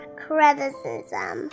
criticism